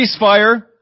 ceasefire